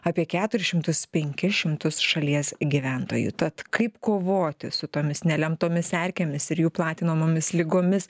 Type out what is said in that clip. apie keturis šimtus penkis šimtus šalies gyventojų tad kaip kovoti su tomis nelemtomis erkėmis ir jų platinamomis ligomis